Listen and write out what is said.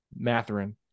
Matherin